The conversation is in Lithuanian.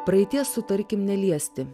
praeities sutarkim neliesti